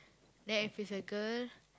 then if it's a girl